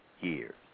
years